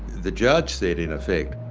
the judge said in effect,